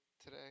today